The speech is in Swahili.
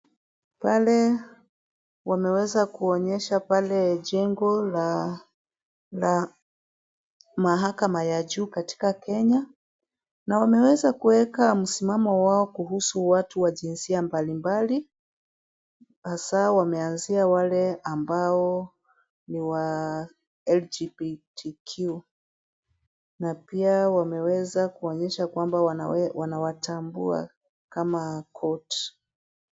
Pale wameweza kuonyesha pale jengo la mahakama ya juu katika Kenya na wameweza kuweka msimamo wao kuhusu watu wa jinsia mbalimbali. Hasa wameanzia wale ambao ni wa LGBTQ na pia wameweza kuonyesha wanawatambua kama korti.